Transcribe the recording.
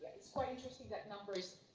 it's quite interesting that number is